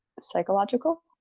psychological